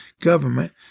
government